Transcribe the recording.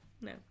no